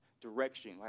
direction